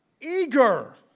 eager